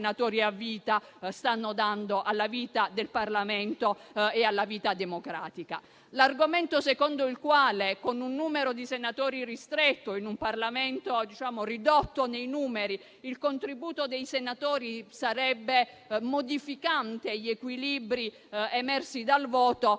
attuali senatori a vita stanno dando alla vita del Parlamento e alla vita democratica. L'argomento secondo il quale, con un numero di senatori ristretto in un Parlamento ridotto nei numeri, il contributo dei senatori sarebbe modificante gli equilibri emersi dal voto